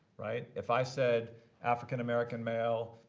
right. if i said african-american male,